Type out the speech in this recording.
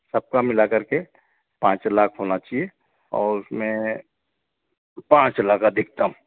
सबका मिला करके पाँच लाख होना चाहिए ओर उसमें पाँच लाख अधिकतम